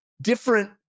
different